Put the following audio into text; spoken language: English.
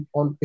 on